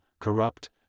corrupt